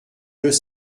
deux